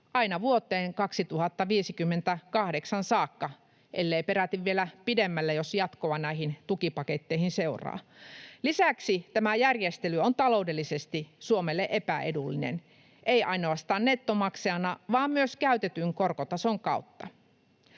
aina vuoteen 2058 saakka — ellei peräti vielä pidemmälle, jos jatkoa näihin tukipaketteihin seuraa. Lisäksi tämä järjestely on Suomelle taloudellisesti epäedullinen, ei ainoastaan nettomaksajana vaan myös käytetyn korkotason kautta.